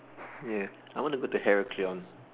ya I wanna go to Heraklion